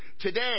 Today